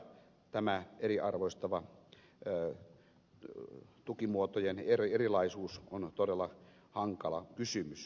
tämä eriarvoistava tukimuotojen erilaisuus on todella hankala kysymys